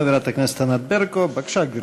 חברת הכנסת ענת ברקו, בבקשה, גברתי.